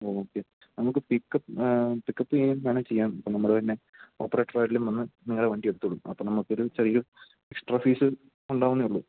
okay നമുക്ക് pickup pickup ചെയ്യേം വേണേൽ ചെയ്യാം ഇപ്പം നമ്മൾ തന്നെ ഓപ്പറേറ്ററാരേലും വന്ന് നിങ്ങളുടെ വണ്ടി എടുത്തോളും അപ്പം നമുക്ക് ഒരു ചെറിയ എക്സ്ട്രാ ഫീസ്സ് ഉണ്ടാവുന്നേയുള്ളു